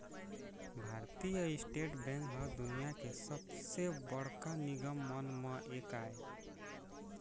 भारतीय state bank ह दुनिया के सबले बड़का निगम मन म एक आय